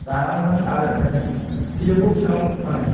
जानांगौमोन आरो फिथोबखौ बेसेबाङाव फानो